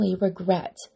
regret